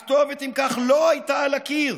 הכתובת, אם כך, לא הייתה על הקיר,